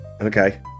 okay